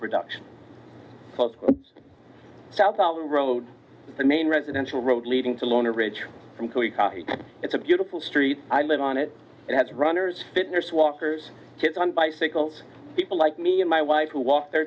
production south of the road the main residential road leading to lunar bridge it's a beautiful street i live on it and has runners fitness walkers kids on bicycles people like me and my wife who was their